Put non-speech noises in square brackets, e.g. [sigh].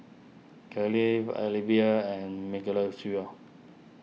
Kathlene Alivia and [unintelligible]